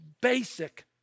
basic